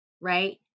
right